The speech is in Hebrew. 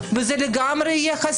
וזה לגמרי יחסי.